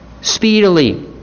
speedily